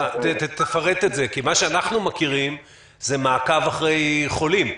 תפרט את זה כי מה שאנחנו מכירים זה מעקב אחרי חולים.